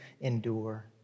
endure